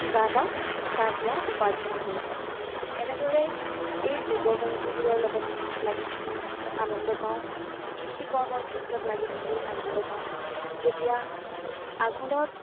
কিবা এটা তাৰপৰা উপাৰ্জন কৰোঁ এনেদৰে এই জীৱ জন্তুবোৰৰ লগত লাগি থাকি আনন্দ পাওঁ কৃষি কৰ্মৰ ক্ষেত্ৰত লাগি থাকিও আনন্দ পাওঁ যেতিয়া আঘোণত